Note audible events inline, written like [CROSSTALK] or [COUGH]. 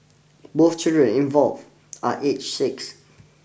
[NOISE] both children involved are age six